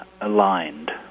aligned